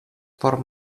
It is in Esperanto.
por